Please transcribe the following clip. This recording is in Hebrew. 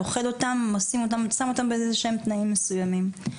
לוכד אותם ושם אותם בתנאים מסוימים.